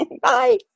Bye